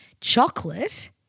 chocolate